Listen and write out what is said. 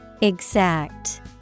Exact